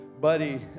buddy